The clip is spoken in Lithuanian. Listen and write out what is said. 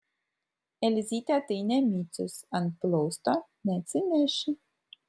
elzytė tai ne micius ant plausto neatsineši